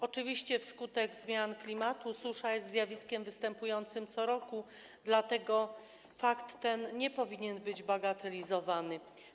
Oczywiście wskutek zmian klimatu susza jest zjawiskiem występującym co roku, dlatego fakt ten nie powinien być bagatelizowany.